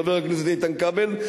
חבר הכנסת איתן כבל,